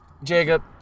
Jacob